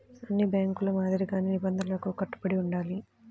అన్ని బ్యేంకుల మాదిరిగానే నిబంధనలకు కట్టుబడి ఉండాలి